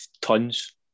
tons